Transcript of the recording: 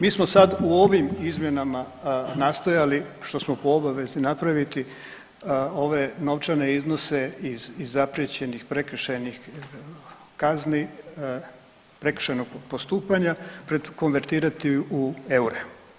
Mi smo sad u ovim izmjenama nastojali što smo po obavezi napraviti ove novčane iznose i zapriječenih prekršajnih kazni, prekršajnog postupanja prekonvertirati u eure.